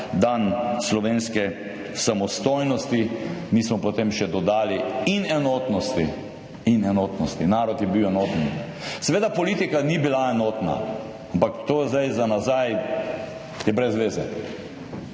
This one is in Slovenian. dan slovenske samostojnosti, mi smo potem še dodali »in enotnosti«. In enotnosti. Narod je bil enoten. Seveda politika ni bila enotna, ampak to zdaj za nazaj je brez zveze.